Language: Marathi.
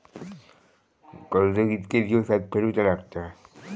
कर्ज कितके दिवसात फेडूचा लागता?